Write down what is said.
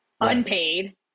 unpaid